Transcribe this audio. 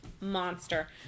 Monster